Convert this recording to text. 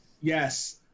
Yes